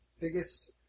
biggest